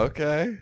Okay